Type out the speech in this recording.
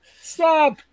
Stop